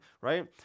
right